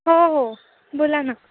हो हो बोला ना